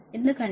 ఎందుకంటే